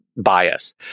bias